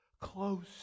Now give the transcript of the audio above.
close